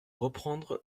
reprendre